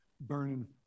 burning